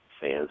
fans